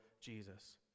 Jesus